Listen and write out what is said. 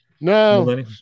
no